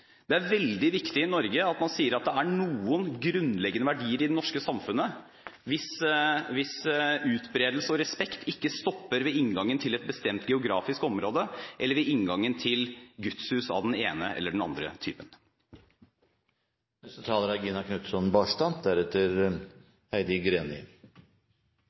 sier at det er noen grunnleggende verdier i det norske samfunnet hvis utbredelse og respekt ikke stopper ved inngangen til et bestemt geografisk område eller ved inngangen til gudshus av den ene eller den andre